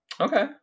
Okay